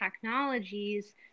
technologies